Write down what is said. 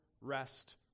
rest